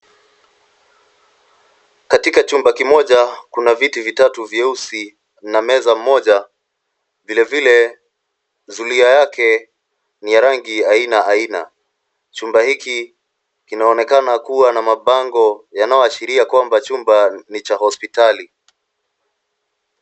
Katika chumba kimoja kuna viti vitatu vyeusi na meza moja, vilevile zulia yake ni ya rangi aina aina. Chumba hiki kinaonekana kuwa na mabango yanayoashiria kwamba chumba ni cha hospitali.